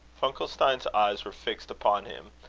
funkelstein's eyes were fixed upon him,